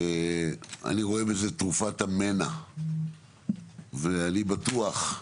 אני רואה בזה תרופת המנע ואני בטוח,